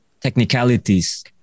technicalities